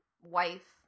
wife